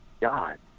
God